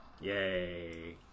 Yay